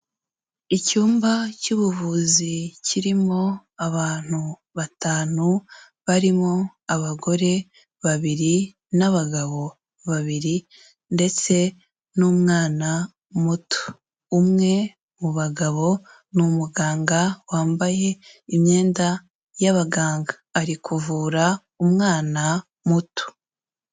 Icyumba cy'ubuvuzi kirimo abantu batanu barimo abagore babiri n'abagabo babiri ndetse n'umwana muto, umwe mu bagabo ni umuganga wambaye imyenda y'abaganga ari kuvura umwana muto.